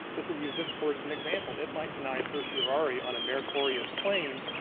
just to use this court as an example, it might deny certiorari on a meritorious claim,